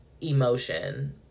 Emotion